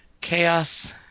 Chaos